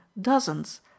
dozens